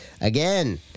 again